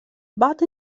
بعض